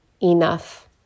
enough